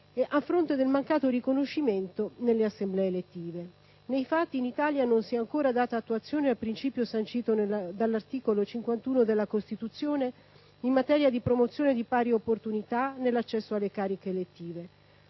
a fronte del mancato riconoscimento nelle assemblee elettive. Nei fatti in Italia non si è ancora data attuazione al principio sancito dall'articolo 51 della Costituzione in materia di promozione di pari opportunità nell'accesso alle cariche elettive.